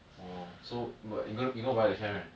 orh so but you you're going to buy the chair right